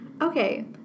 Okay